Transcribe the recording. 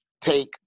take